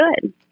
good